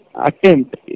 attempt